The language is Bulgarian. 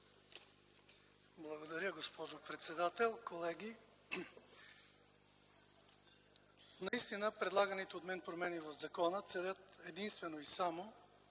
Благодаря, госпожо председател. Колеги, наистина предлаганите от мен промени в закона целят единствено и само